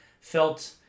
felt